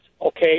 okay